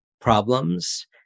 problems